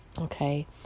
Okay